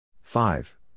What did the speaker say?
Five